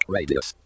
Radius